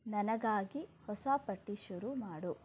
ನನಗಾಗಿ ಹೊಸ ಪಟ್ಟಿ ಶುರು ಮಾಡು